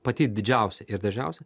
pati didžiausia ir dažniausia